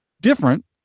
different